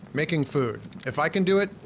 making food. if i can do it,